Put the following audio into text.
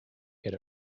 get